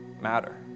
matter